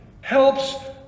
helps